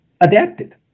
adapted